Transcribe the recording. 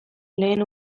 lehen